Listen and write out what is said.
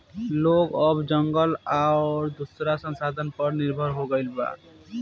लोग अब जंगल आ दोसर संसाधन पर निर्भर हो गईल बा